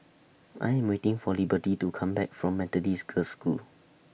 I Am waiting For Liberty to Come Back from Methodist Girls' School